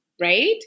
right